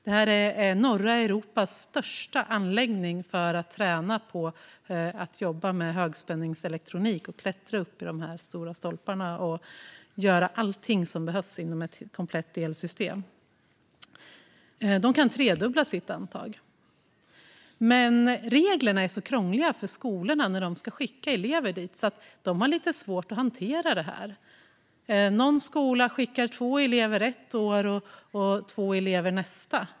Det är norra Europas största anläggning för att träna på att jobba med högspänningselektronik, klättra upp i de här höga stolparna och göra allting som behövs inom ett komplett elsystem. Som sagt skulle de kunna tredubbla sin antagning. Men reglerna för skolorna är så krångliga när de ska skicka elever dit att de har lite svårt att hantera det. Någon skola skickar två elever ett år och två elever nästa.